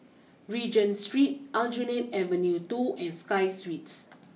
Regent Street Aljunied Avenue two and Sky Suites